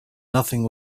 nothing